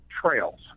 trails